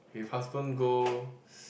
if husband go